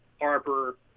Harper